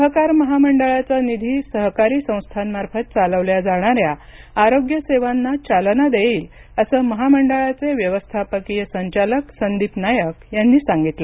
सहकार महामंडळाचा निधी सहकारी संस्थांमार्फत चालवल्या जाणाऱ्या आरोग्यसेवांना चालना देईल असं महामंडळाचे व्यवस्थापकीय संचालक संदीप नायक यांनी सांगितलं